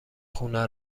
خونه